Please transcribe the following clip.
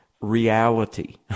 reality